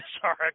sorry